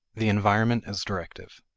the environment as directive.